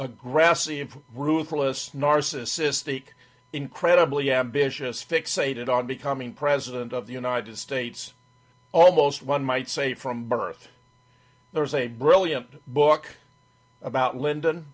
a grassy and ruthless narcissistic incredibly ambitious fixated on becoming president of the united states almost one might say from birth there's a brilliant book about lyndon